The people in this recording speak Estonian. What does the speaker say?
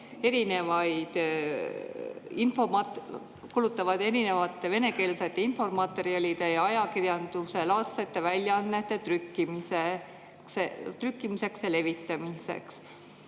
raha, erinevate venekeelsete infomaterjalide ja ajakirjanduslaadsete väljaannete trükkimisele ja levitamisele,